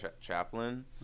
chaplin